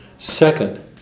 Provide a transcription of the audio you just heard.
Second